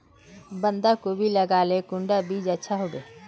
बंधाकोबी लगाले कुंडा बीज अच्छा?